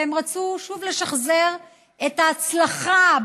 והם רצו שוב לשחזר את "ההצלחה",